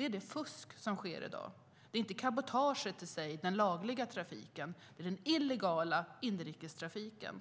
är det fusk som finns i dag. Det är inte cabotaget i sig, den lagliga trafiken, som är problemet, utan den illegala inrikestrafiken.